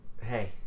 Hey